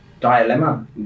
dilemma